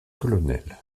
colonel